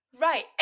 Right